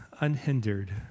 unhindered